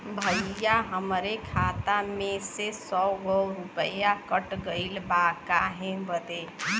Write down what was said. भईया हमरे खाता मे से सौ गो रूपया कट गइल बा काहे बदे?